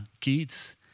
kids